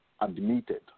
admitted